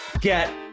get